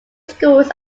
schools